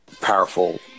powerful